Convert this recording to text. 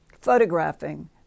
photographing